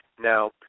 Now